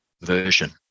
version